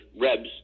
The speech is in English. Rebs